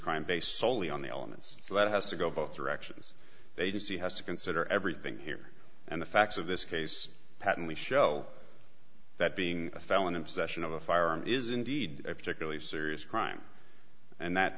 crime based soley on the element that has to go both directions they just he has to consider everything here and the facts of this case patently show that being a felon in possession of a firearm is indeed a particularly serious crime and that